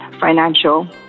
financial